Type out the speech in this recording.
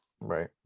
right